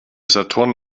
saturn